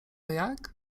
jak